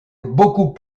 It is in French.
beaucoup